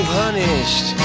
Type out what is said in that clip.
punished